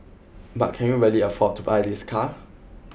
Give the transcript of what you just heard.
but can you really afford to buy this car